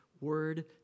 word